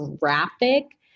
graphic